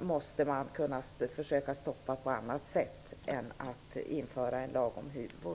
måste man kunna stoppa på annat sätt än genom att införa en lag om huvor.